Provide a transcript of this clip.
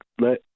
let